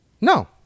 No